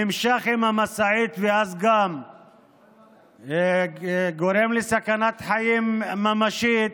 הוא נמשך עם המשאית ואז גורם לסכנת חיים ממשית.